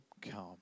come